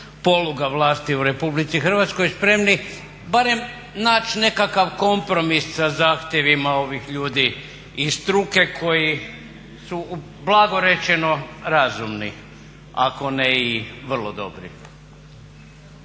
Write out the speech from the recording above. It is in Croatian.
poluga vlasti u Republici Hrvatskoj spremni barem naći nekakav kompromis sa zahtjevima ovih ljudi i struke koji su blago rečeno razumni ako ne i vrlo dobri?